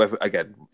Again